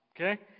Okay